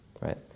right